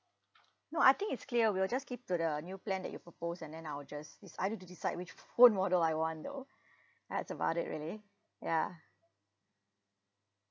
no I think it's clear we'll just keep to the new plan that you propose and then I'll just dec~ I need to decide which phone model I want though that's about it really ya